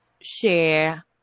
share